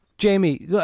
Jamie